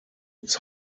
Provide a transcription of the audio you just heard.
its